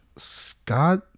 Scott